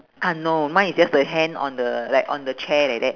ah no mine is just the hand on the like on the chair like that